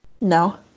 No